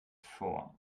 vor